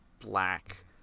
black